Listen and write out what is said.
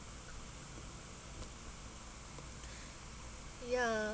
ya